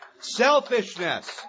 Selfishness